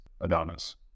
Adonis